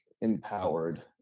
empowered